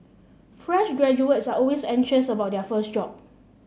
fresh graduates are always anxious about their first job